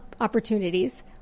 opportunities